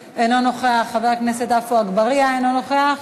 חבר הכנסת חנא סוייד, אינו נוכח,